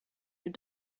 your